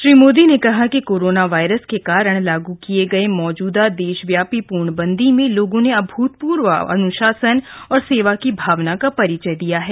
श्री मोदी ने कहा कि कोरोना वायरस के कारण लागू किए गए मौजूदा देशव्यापी पूर्णबंदी में लोगों ने अभूतपूर्व अन्शासन और सेवा की भावना का परिचय दिया है